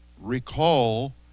recall